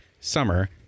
summer